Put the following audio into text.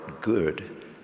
good